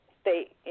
state